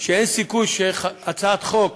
שאין סיכוי שהצעת חוק